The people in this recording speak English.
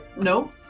No